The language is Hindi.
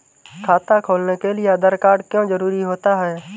खाता खोलने के लिए आधार कार्ड क्यो जरूरी होता है?